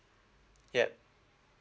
yup